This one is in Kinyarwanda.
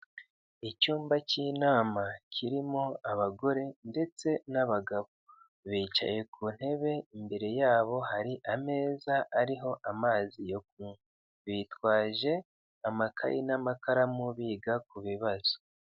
Icyumba cy'inama kirimo abagore ndetse n'abagabo. Bicaye ku ntebe, imbere yabo hari ameza ariho amazi yo kunywa. Bitwaje amakayi n'amakaramu, biga ku bibazo.